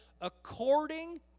according